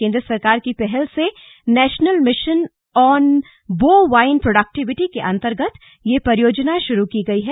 केंद्र सरकार की पहल से national mission on bovine productivity के अंतर्गत यह परियोजना शुरू की गई है